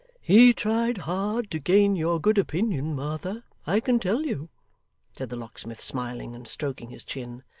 he tried hard to gain your good opinion, martha, i can tell you said the locksmith smiling, and stroking his chin.